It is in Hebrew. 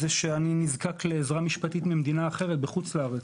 כשאני נזקק לעזרה משפטית ממדינה אחרת בחוץ לארץ,